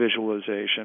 visualization